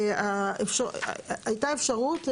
הייתה אפשרות,